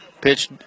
Pitch